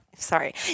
Sorry